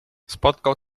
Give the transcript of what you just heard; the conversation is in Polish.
spotkał